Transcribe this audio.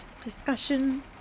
discussion